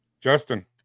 Justin